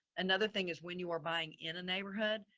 another thing is when you are buying in a neighborhood,